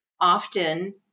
often